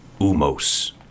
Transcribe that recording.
Umos